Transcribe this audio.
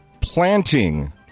Planting